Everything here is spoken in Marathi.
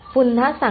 पुन्हा सांगा